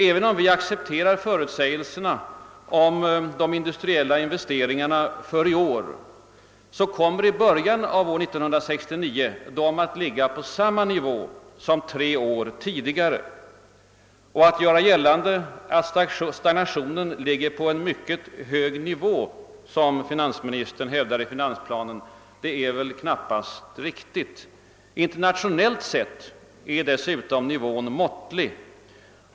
Även om vi accepterar förutsägelserna om de industriella investeringarna för i år, kommer dessa investeringar i början av år 1969 att ligga på samma nivå som tre år tidigare. Att göra gällande att stagnationen ligger på en mycket hög nivå, som finansministern hävdar i finansplanen, är väl knappast riktigt. Internationellt sett är dessutom nivån måttlig.